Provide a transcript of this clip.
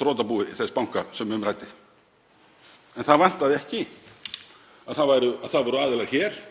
þrotabúi þess banka sem um ræddi. En það vantaði ekki að það voru aðilar hér